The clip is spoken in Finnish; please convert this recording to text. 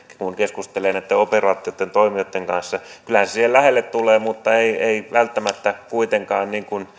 kun keskusteli näitten operaattoreitten ja toimijoitten kanssa kyllähän se siihen lähelle tulee mutta ei ei välttämättä kuitenkaan